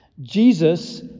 Jesus